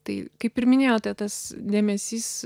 tai kaip ir minėjote tas dėmesys